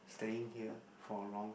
staying here for a long